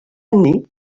hynny